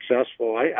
successful